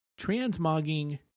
Transmogging